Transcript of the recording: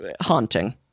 haunting